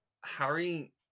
Harry